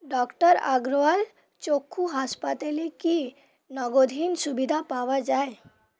doctor Agarwal চক্ষু হাসপাতালে কি নগধীন সুবিধা পাওয়া যায়